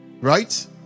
Right